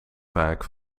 vaak